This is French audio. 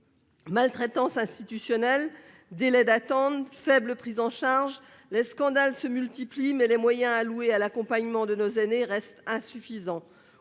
Maltraitante institutionnelle, délais d'attente, faible prise en charge : les scandales se multiplient, mais les moyens alloués à l'accompagnement de nos aînés restent insuffisants.